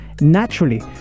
naturally